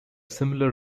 similar